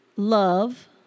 Love